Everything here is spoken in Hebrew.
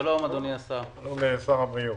שלום שר הבריאות.